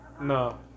No